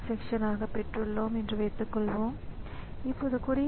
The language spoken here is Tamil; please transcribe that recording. ஆகவே நம்மிடம் இருக்கக்கூடிய ஒட்டுமொத்த வரைபடம் இதுபோன்று இருக்கலாம்